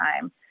time